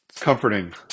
Comforting